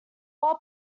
while